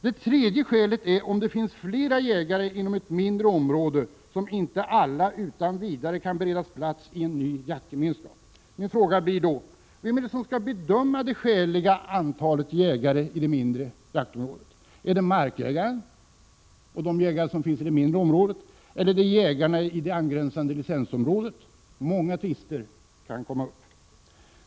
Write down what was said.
Det tredje skälet är om det finns flera jägare inom ett mindre område som inte alla utan vidare kan beredas plats i en ny jaktgemenskap. Min fråga blir här: Vem är det som skall bedöma det skäliga antalet jägare på det mindre jaktområdet? Är det markägaren och de jägare som finns på det mindre området eller är det jägarna i det angränsande licensområdet? Många tvister kan uppkomma.